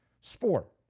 sport